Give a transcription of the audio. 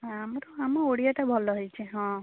ଆମର ଆମ ଓଡ଼ିଆଟା ଭଲ ହେଇଛି ହଁ